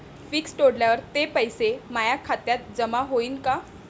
Fix तोडल्यावर ते पैसे माया खात्यात जमा होईनं का?